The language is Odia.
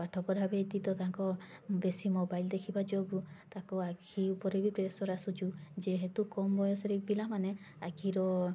ପାଠ ପଢ଼ା ବ୍ୟତୀତ ତାଙ୍କ ବେଶୀ ମୋବାଇଲ ଦେଖିବା ଯୋଗୁଁ ତାକୁ ଆଖି ଉପରେ ବି ପ୍ରେସର ଆସୁଛୁ ଯେହେତୁ କମ ବୟସରେ ପିଲାମାନେ ଆଖିର